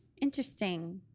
Interesting